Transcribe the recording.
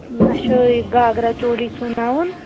مےٚ چھُ یہِ گاگرا چولی سُوناوُن